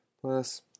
Plus